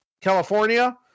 california